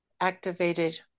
Activated